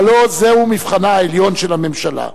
והלוא זהו מבחנה העליון של הממשלה: